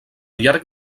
llarg